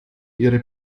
ihre